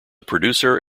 producer